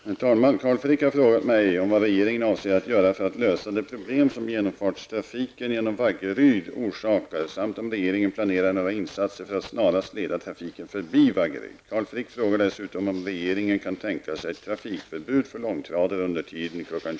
Herr talman! Carl Frick har frågat mig vad regeringen avser att göra för att lösa de problem som genomfartstrafiken genom Vaggeryd orsakar samt om regeringen planerar några insatser för att snarast leda trafiken förbi Vaggeryd. Carl Frick frågar dessutom om regeringen kan tänka sig ett trafikförbud för långtradare under tiden kl.